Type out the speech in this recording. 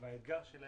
לאור כל האתגרים שבהם